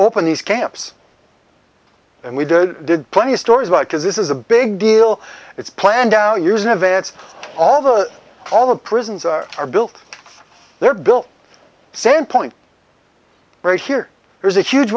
open these camps and we did did plenty of stories about because this is a big deal it's planned out usenet events all the all the prisons are built they're built same point right here there's a huge